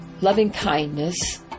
loving-kindness